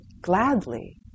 Gladly